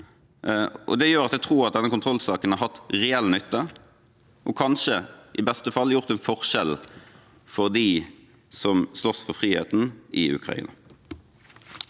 og det gjør at jeg tror at denne kontrollsaken har hatt reell nytte, og i beste fall kanskje har gjort en forskjell for dem som slåss for friheten i Ukraina.